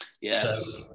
Yes